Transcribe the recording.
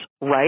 right